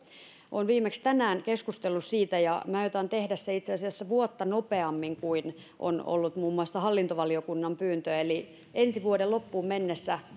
olen viimeksi tänään keskustellut siitä ja me aiomme tehdä sen itse asiassa vuotta nopeammin kuin mitä on ollut muun muassa hallintovaliokunnan pyyntö eli ensi vuoden loppuun mennessä